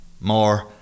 More